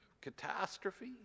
catastrophe